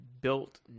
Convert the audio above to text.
built